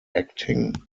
acting